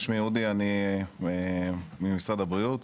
אני ממשרד הבריאות,